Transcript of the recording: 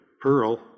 Pearl